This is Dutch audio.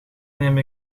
neem